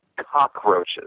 cockroaches